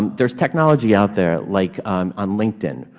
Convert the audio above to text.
and there is technology out there, like um on linkedin,